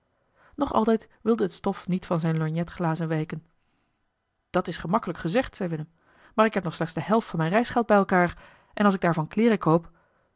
nog altijd wilde het stof niet van zijne lorgnetglazen wijken dat is gemakkelijk gezegd zei willem maar ik heb nog slechts de helft van mijn reisgeld bij elkaar en als ik daarvan kleeren koop